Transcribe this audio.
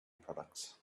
products